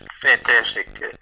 fantastic